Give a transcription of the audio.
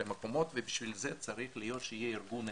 למקומות ובשביל זה צריך שיהיה ארגון אחד,